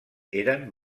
eren